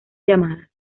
llamadas